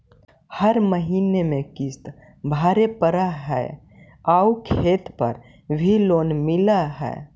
हर महीने में किस्त भरेपरहै आउ खेत पर भी लोन मिल है?